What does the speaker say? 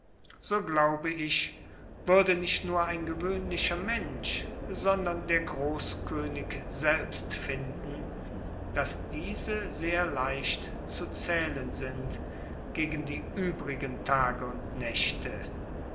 so glaube ich würde nicht nur ein gewöhnlicher mensch sondern der großkönig selbst finden daß diese sehr leicht zu zählen sind gegen die übrigen tage und nächte